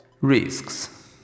risks